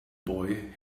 boy